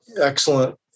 excellent